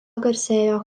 garsėjo